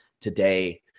today